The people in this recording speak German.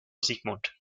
sigmund